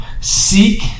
Seek